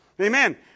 Amen